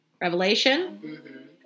Revelation